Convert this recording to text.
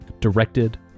directed